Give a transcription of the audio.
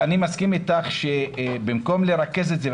אני מסכים איתך שבמקום לרכז את זה,